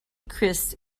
chris